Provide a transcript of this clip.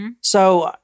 So-